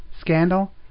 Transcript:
scandal